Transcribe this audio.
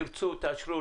תרצו תאשרו,